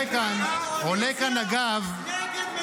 יש לי עוד זמן, נכון?